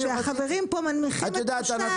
שהחברים פה מנמיכים את ראשם בגלל --- בוא